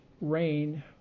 rain